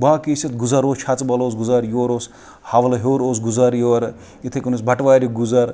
باقٕے اوس اَتھ گُزَر اوس چھَژٕبَل اوس گُزَر یورٕ اوس حَوَلہٕ ہِیوٚر اوس گُزَر یورٕ یِتھٕے کٕنۍ اوس بَٹوارِ گُزَر